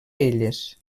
elles